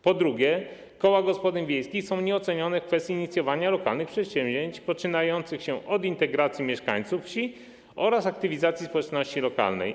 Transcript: Po drugie, koła gospodyń wiejskich są nieocenione w kwestii inicjowania lokalnych przedsięwzięć, rozpoczynających się od integracji mieszkańców wsi oraz aktywizacji społeczności lokalnej.